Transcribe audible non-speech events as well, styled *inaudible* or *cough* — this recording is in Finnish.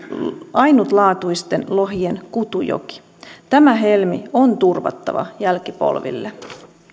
ainutlaatuisten lohien kutujoki *unintelligible* tämä helmi on turvattava jälkipolville *unintelligible*